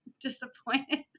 disappointed